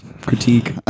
critique